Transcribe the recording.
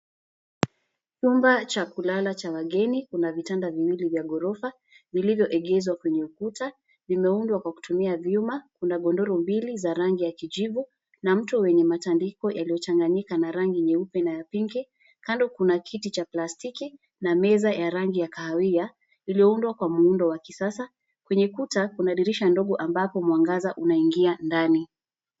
Chumba cha kulala cha wageni, kuna vitanda viwili vya ghorofa, vilivyoegezwa kwenye ukuta, vimeundwa kwa kutumia vyuma, kuna godoro mbili za rangi ya kijivu, na mto wenye matandiko yaliyochanganyika na rangi nyeupe na ya pinki, kando kuna kiti cha plastiki, na meza ya rangi ya kahawia, iliyoundwa kwa muundo wa kisasa, kwenye kuta kuna dirisha ndogo ambapo mwangaza unaingia ndani.